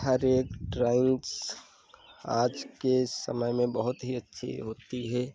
हर एक ड्राइंग्स आज के समय में बहुत ही अच्छी होती है